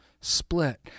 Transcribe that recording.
split